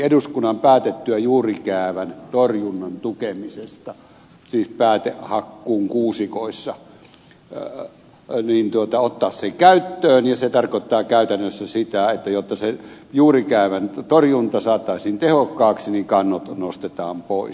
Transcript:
eduskunnan päätettyä juurikäävän torjunnan tukemisesta upm kymmene päätti ottaa päätehakkuun kuusikoissa käyttöön ja se tarkoittaa käytännössä sitä että jotta se juurikäävän torjunta saataisiin tehokkaaksi niin kannot nostetaan pois